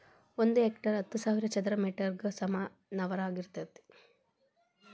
ಒಂದ ಹೆಕ್ಟೇರ್ ಹತ್ತು ಸಾವಿರ ಚದರ ಮೇಟರ್ ಗ ಸಮಾನವಾಗಿರತೈತ್ರಿ